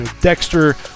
Dexter